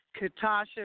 Katasha